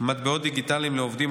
מטבעות דיגיטליים לעובדים),